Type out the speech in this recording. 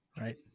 right